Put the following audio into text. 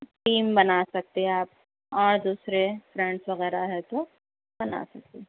team بنا سکتے آپ اور دوسرے فرینڈس وغیرہ ہے تو بنا سکتے